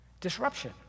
Disruption